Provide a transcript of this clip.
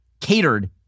catered